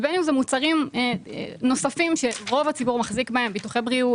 ובין אם אלה מוצרים נוספים שרוב הציבור מחזיק בהם ביטוחי בריאות,